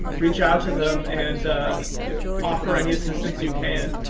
reach out to them and offer any assistance you can.